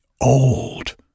old